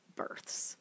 births